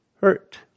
hurt